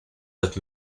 but